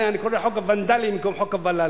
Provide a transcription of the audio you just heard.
אני קורא לו "חוק הוונדלים" במקום חוק הווד"לים.